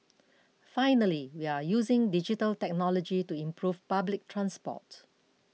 finally we are using digital technology to improve public transport